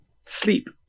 sleep